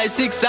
six